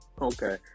Okay